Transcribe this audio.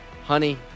honey